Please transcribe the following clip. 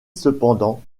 cependant